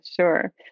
sure